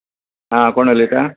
आं कोण उलयता